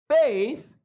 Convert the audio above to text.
Faith